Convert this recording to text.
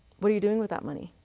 what are you doing with that money?